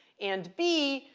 and b,